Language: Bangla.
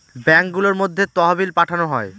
ব্যাঙ্কগুলোর মধ্যে তহবিল পাঠানো হয়